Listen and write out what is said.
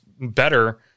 better